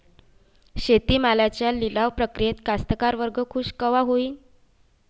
शेती मालाच्या लिलाव प्रक्रियेत कास्तकार वर्ग खूष कवा होईन?